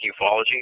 ufology